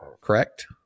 correct